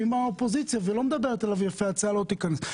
שהיא מהאופוזיציה ולא מדברת אליו יפה ההצעה לא תיכנס.